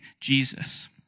Jesus